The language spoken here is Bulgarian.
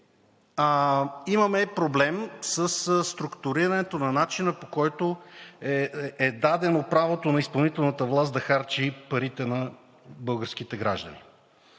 имаме проблем със структурирането на начина, по който е дадено правото на изпълнителната власт да харчи парите на българските граждани.